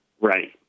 Right